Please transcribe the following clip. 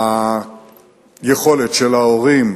היכולת של ההורים,